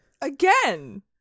Again